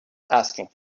asking